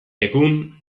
egun